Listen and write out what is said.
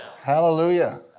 Hallelujah